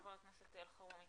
חבר הכנסת אלחרומי